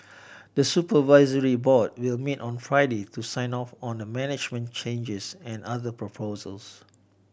the supervisory board will meet on Friday to sign off on the management changes and other proposals